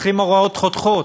צריכים ראיות חותכות.